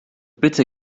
bitte